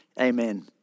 Amen